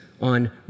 on